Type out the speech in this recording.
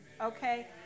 okay